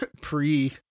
pre